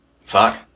Fuck